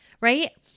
right